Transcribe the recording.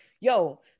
yo